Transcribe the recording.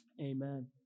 amen